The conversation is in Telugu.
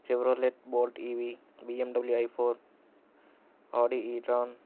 Chevrolet Bolt EV BMW i four Audi etron